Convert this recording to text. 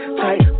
tight